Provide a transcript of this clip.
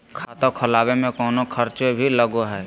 खाता खोलावे में कौनो खर्चा भी लगो है?